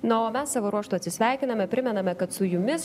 na o mes savo ruožtu atsisveikiname primename kad su jumis